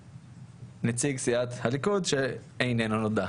ונציג סיעת הליכוד שאיננו נודע.